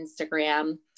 Instagram